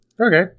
Okay